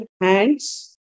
hands